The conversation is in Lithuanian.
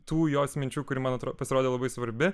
tų jos minčių kuri man atro pasirodė labai svarbi